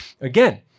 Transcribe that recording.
again